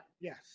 yes